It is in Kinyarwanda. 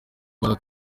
rwanda